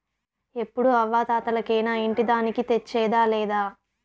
ఎప్పుడూ అవ్వా తాతలకేనా ఇంటి దానికి తెచ్చేదా లేదా